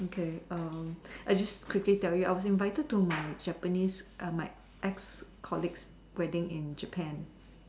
okay um I just quickly tell you I was invited to my Japanese err my ex colleagues wedding in Japan